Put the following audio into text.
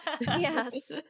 Yes